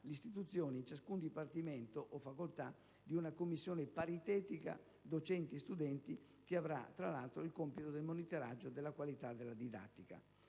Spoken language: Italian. l'istituzione in ciascun dipartimento o facoltà di una commissione paritetica docenti-studenti, che avrà tra l'altro il compito del monitoraggio della qualità della didattica.